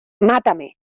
mátame